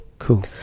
Cool